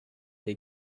they